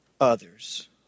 others